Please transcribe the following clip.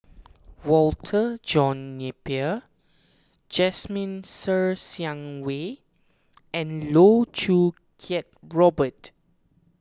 Walter John Napier Jasmine Ser Xiang Wei and Loh Choo Kiat Robert